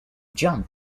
jump